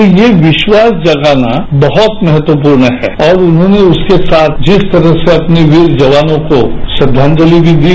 तो ये विश्वास जगाना बहुत महत्वपूर्ण है और उन्होंने उसके साथ जिस तरह से अपने वीर जवानों को श्रद्वांजलि भी दी